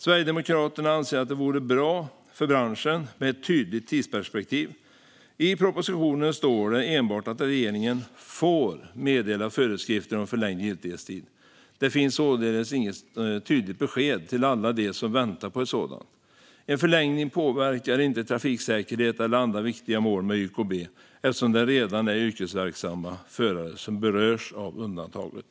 Sverigedemokraterna anser att det vore bra för branschen med ett tydligt tidsperspektiv. I proposition står det enbart att regeringen får meddela föreskrifter om förlängd giltighetstid. Det finns således inget tydligt besked till alla dem som väntar på ett sådant. En förlängning påverkar inte trafiksäkerheten eller andra viktiga mål med YKB eftersom det är redan yrkesverksamma förare som berörs av undantaget.